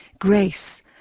Grace